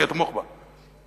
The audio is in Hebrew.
אני אתמוך בה,